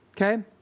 Okay